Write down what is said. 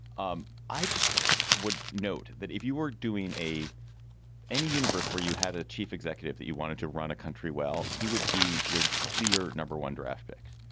um i just would note that if you were doing a any universe where you had a chief executive that you wanted to run a country well he would be your clear number one draft pick.